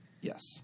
Yes